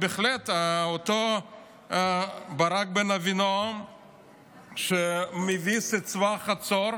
בהחלט אותו ברק בן אבינעם מביס את צבא חצור,